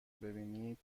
ببینید